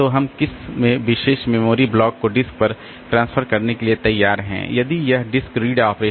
तो हम किस विशेष मेमोरी ब्लॉक को डिस्क पर ट्रांसफर करने के लिए तैयार हैं या यदि यह डिस्क रीड ऑपरेशन है